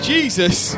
Jesus